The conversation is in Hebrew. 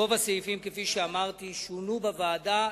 רוב הסעיפים, כפי שאמרתי, שונו בוועדה.